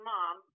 Mom